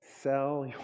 sell